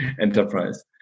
enterprise